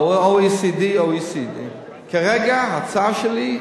על OECD או EC. כרגע ההצעה שלי,